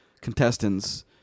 contestants